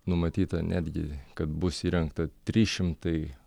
numatyta netgi kad bus įrengta trys šimtai